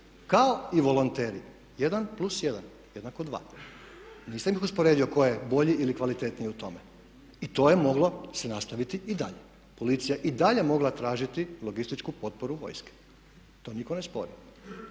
kao i volonteri jedan plus jedan jednako dva. Nisam ih usporedio tko je bolji ili kvalitetniji u tome i to je moglo se nastaviti i dalje, policija je i dalje mogla tražiti logističku potporu vojske. To nitko ne spori